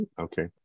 Okay